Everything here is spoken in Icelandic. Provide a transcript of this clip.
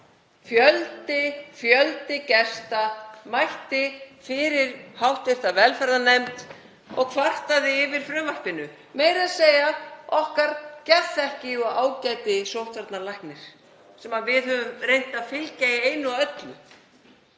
Fjöldi gesta mætti fyrir hv. velferðarnefnd og kvartaði yfir frumvarpinu, meira að segja okkar geðþekki og ágæti sóttvarnalæknir sem við höfum reynt að fylgja í einu og öllu.